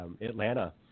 Atlanta